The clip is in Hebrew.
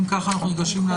אם כך, אנחנו ניגשים להצבעה.